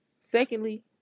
secondly